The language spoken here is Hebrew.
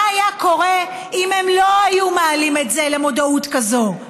מה היה קורה אם הם לא היו מעלים את זה למודעות כזאת?